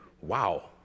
wow